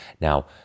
now